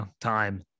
time